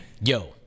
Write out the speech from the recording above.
Yo